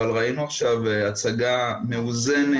אבל ראינו עכשיו הצגה מאוזנת.